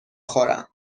خورم